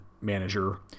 manager